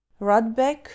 Rudbeck